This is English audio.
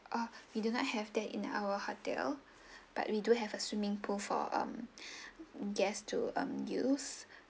ah we do not have that in our hotel but we do have a swimming pool for um guests to um use